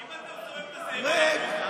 אם אתה מסובב את הסביבון הפוך,